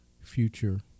future